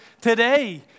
today